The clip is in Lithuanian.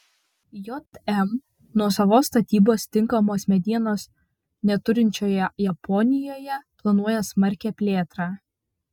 jm nuosavos statybos tinkamos medienos neturinčioje japonijoje planuoja smarkią plėtrą